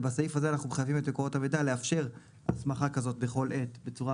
בסעיף הזה אנחנו מחייבים את מקורות המידע לאפשר הסמכה כזאת בכל עת בצורה